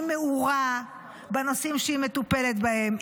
היא מעורה בנושאים שהיא מטפלת בהם.